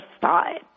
side